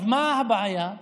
מה הבעיה?